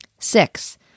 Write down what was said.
Six